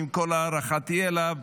שעם כל הערכתי אליו,